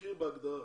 מכיר בהגדרה